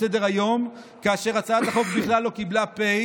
סדר-היום כאשר הצעת החוק בכלל לא קיבלה "פ",